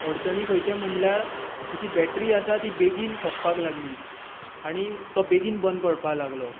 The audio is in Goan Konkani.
अडचणी खंयचे म्हनल्यार तिची बॅट्री आसा ती बेगीन सोंपपाक लागली आनी तो बेगीन बंद पडपाक लागलो